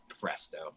Presto